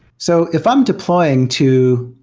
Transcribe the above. so if i'm deploying to,